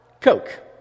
Coke